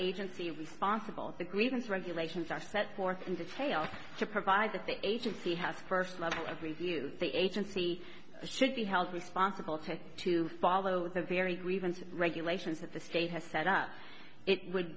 agency responsible the grievance regulations are set forth in detail to provide that the agency has first level of redo the agency should be held responsible to to follow the very grievance regulations that the state has set up it would